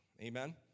Amen